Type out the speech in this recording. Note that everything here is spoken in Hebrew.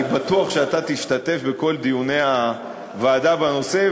אני בטוח שאתה תשתתף בכל דיוני הוועדה בנושא,